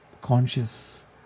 conscious